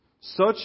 such